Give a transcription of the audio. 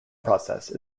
process